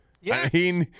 Yes